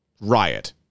riot